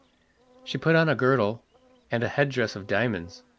she put on a girdle and head-dress of diamonds,